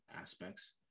aspects